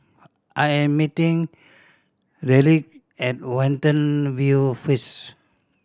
I am meeting Ryleigh at Watten View first